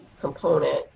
component